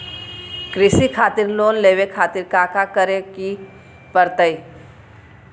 कृषि खातिर लोन लेवे खातिर काका करे की परतई?